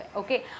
okay